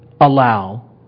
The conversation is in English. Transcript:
allow